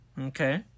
Okay